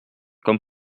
comme